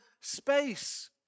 space